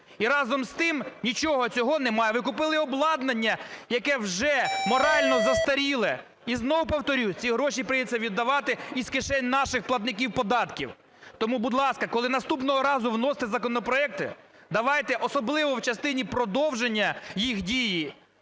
І, разом з тим, нічого цього немає. Ви купили обладнання, яке вже морально застаріле. І знову повторю, ці гроші прийдеться віддавати із кишень наших платників податків. Тому, будь ласка, коли наступного разу вноситимете законопроекти, давайте, особливо в частині продовження їх дії,